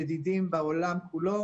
במידה ולא,